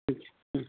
ಹ್ಞೂ ಹ್ಞೂ